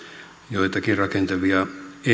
joitakin rakentavia